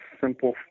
simple